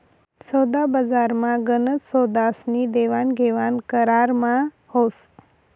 सोदाबजारमा गनच सौदास्नी देवाणघेवाण करारमा व्हस